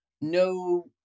no